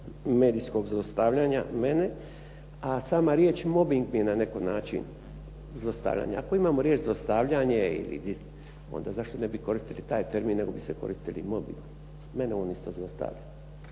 medijskog zlostavljanja mene. A sama riječ mobing mi je na neki način zlostavljanje. Ako imamo riječ zlostavljanje onda zašto ne bi koristili taj termin nego bi se koristili mobingom umjesto zlostavljanjem.